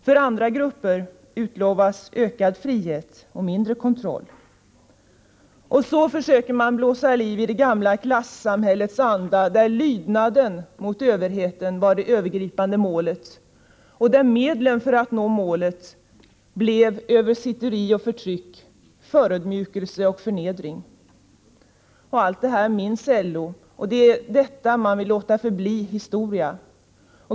För andra grupper utlovas ökad frihet och mindre kontroll. Så försöker man blåsa liv i det gamla klassamhällets anda, där lydnaden mot överheten var det övergripande målet och där medlen för att nå målet blev översitteri och förtryck, förödmjukelse och förnedring. Allt detta minns man inom LO, och det är detta man vill låta förbli historia.